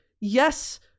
yes